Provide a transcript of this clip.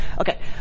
Okay